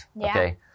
Okay